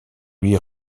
lui